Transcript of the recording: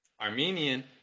Armenian